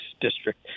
district